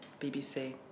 BBC